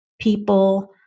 people